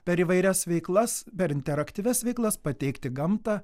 per įvairias veiklas per interaktyvias veiklas pateikti gamtą